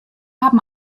haben